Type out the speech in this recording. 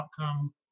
outcome